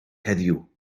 heddiw